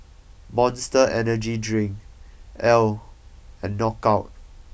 Monster Energy Drink Elle and Knockout